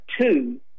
two